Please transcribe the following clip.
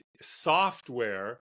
software